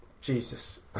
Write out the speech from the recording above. Jesus